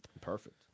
Perfect